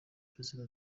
perezida